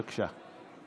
בבקשה.